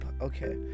Okay